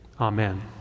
Amen